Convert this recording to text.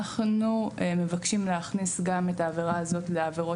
אנחנו מבקשים להכניס גם את העבירה הזאת לעבירות